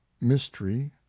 mystery